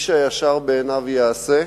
איש הישר בעיניו יעשה,